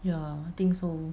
ya I think so